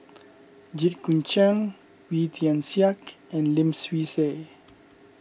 Jit Koon Ch'ng Wee Tian Siak and Lim Swee Say